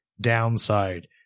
downside